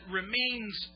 remains